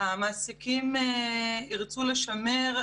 המעסיקים ירצו לשמר,